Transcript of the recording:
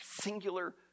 singular